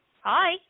Hi